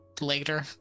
later